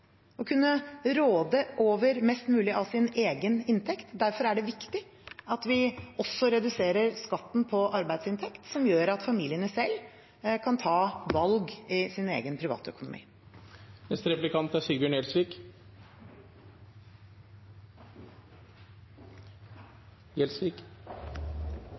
å kunne råde over mest mulig av sin egen inntekt. Derfor er det viktig at vi også reduserer skatten på arbeidsinntekt, som gjør at familiene selv kan ta valg i sin egen